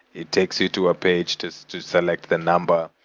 it takes you to a page to so to select the number.